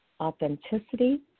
authenticity